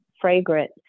fragrant